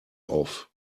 off